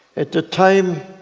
at the time,